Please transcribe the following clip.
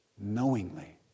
knowingly